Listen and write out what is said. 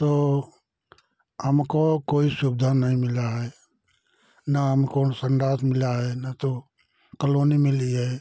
तो हमको कोई सुविधा नहीं मिला है ना हमको संडास मिला है ना तो कलोनी मिली है